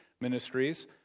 Ministries